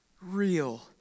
real